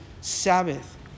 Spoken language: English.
Sabbath